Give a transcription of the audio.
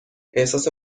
احساس